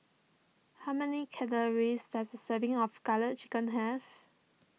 how many calories does a serving of Garlic Chicken have